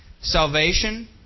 Salvation